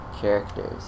characters